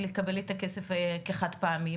לקבל את הכסף באופן חד פעמי?